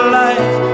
life